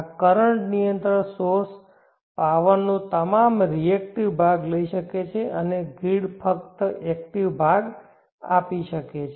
આ કરંટ નિયંત્રણ source power નો તમામ રિએકટીવભાગ લઈ શકે છે અને ગ્રીડ ફક્ત એકટીવ ભાગ આપી શકે છે